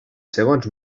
segons